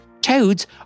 Toads